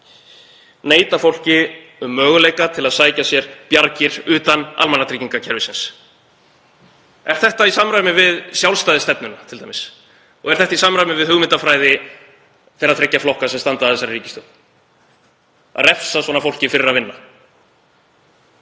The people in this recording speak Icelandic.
neita fólki um möguleika til að sækja sér bjargir utan almannatryggingakerfisins. Er það t.d. í samræmi við sjálfstæðisstefnuna? Er það í samræmi við hugmyndafræði þeirra þriggja flokka sem standa að þessari ríkisstjórn, að refsa fólki fyrir að vinna?